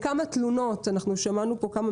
אנחנו ראינו היום, שמענו תלונות,